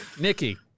Nikki